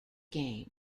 game